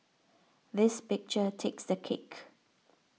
this picture takes the cake